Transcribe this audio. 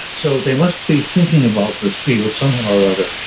so they must be thinking about this field, some or other.